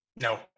No